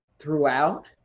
throughout